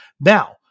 Now